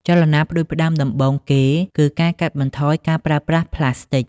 ចលនាផ្តួចផ្តើមដំបូងគេគឺការកាត់បន្ថយការប្រើប្រាស់ប្លាស្ទិក។